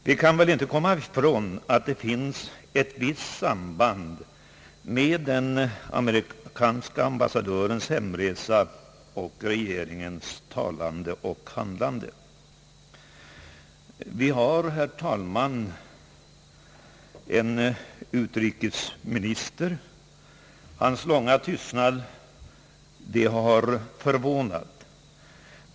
Vi kan väl inte komma ifrån att det finns ett visst samband mellan den amerikanska ambassadörens hemresa och regeringens talande och handlande, Vi har, herr talman, en utrikesminister. Hans långa tystnad har förvånat.